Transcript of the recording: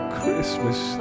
Christmas